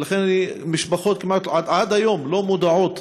לכן משפחות עד היום לא מודעות